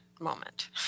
moment